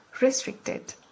restricted